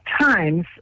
times